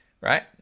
right